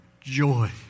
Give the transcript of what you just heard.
joy